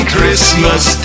Christmas